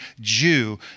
Jew